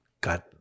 got